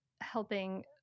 helping